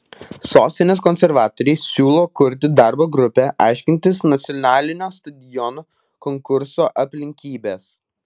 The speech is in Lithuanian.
sostinės konservatoriai siūlo kurti darbo grupę aiškintis nacionalinio stadiono konkurso aplinkybes